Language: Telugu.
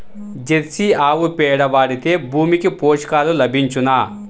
జెర్సీ ఆవు పేడ వాడితే భూమికి పోషకాలు లభించునా?